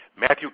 Matthew